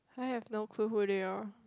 I have no clue who they are